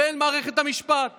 הן מערכת המשפט